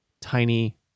tiny